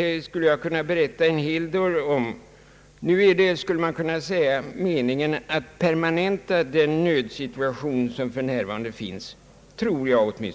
jag skulle kunna berätta en hel del om vilka risker detta förhållande inneburit. Nu är det — skulle man kunna säga — meningen att permanenta den rådande nödsituationen. Så tror i varje fall jag.